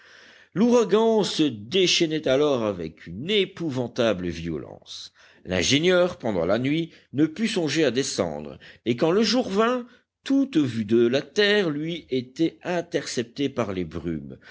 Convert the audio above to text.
l'ouragan se déchaînait alors avec une épouvantable violence l'ingénieur pendant la nuit ne put songer à descendre et quand le jour vint toute vue de la terre lui était interceptée par les brumes